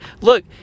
Look